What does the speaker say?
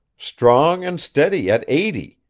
strong and steady at eighty,